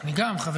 אני מאוד מעריך,